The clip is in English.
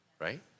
right